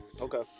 Okay